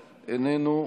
איננו.